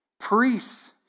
Priests